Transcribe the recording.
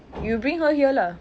you bring her here lah